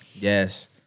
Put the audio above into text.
Yes